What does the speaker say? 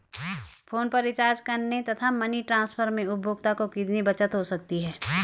Phone पर recharge करने तथा मनी ट्रांसफर में उपभोक्ता को कितनी बचत हो सकती है?